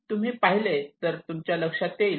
तुम्ही पाहिले तर तुमच्या लक्षात येईल